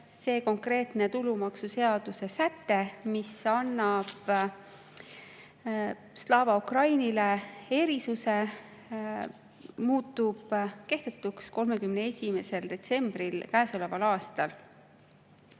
see konkreetne tulumaksuseaduse säte, mis annab Slava Ukrainile erisuse, muutub kehtetuks 31. detsembril käesoleval aastal. Võiks